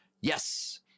Yes